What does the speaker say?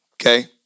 okay